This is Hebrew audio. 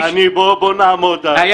בואו נדבר בכבוד, בסדר?